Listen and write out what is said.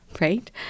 right